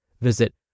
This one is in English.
Visit